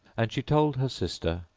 and she told her sister,